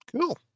cool